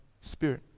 Spirit